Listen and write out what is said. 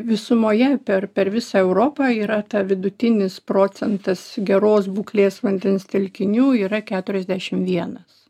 visumoje per per visą europą yra ta vidutinis procentas geros būklės vandens telkinių yra keturiasdešim vienas